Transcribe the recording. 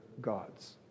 gods